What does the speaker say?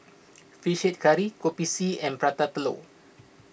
Fish Head Curry Kopi C and Prata Telur